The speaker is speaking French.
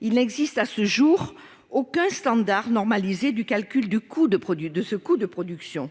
il n'existe à ce jour aucun standard normalisé du calcul de ce même coût.